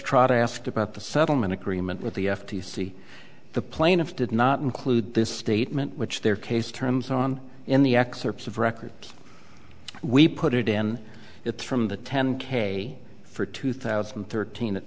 to ask about the settlement agreement with the f t c the plaintiff did not include this statement which their case terms on in the excerpts of record we put it in it's from the ten k for two thousand and thirteen